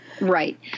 Right